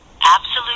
absolute